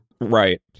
Right